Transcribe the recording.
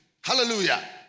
Hallelujah